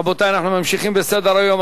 רבותי, אנחנו ממשיכים בסדר-היום.